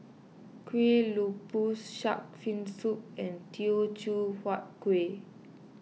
Kueh Lopes Shark's Fin Soup and Teochew Huat Kuih